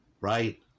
right